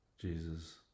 Jesus